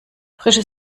frische